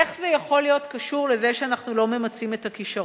איך זה יכול להיות קשור לזה שאנחנו לא ממצים את הכשרון?